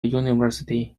university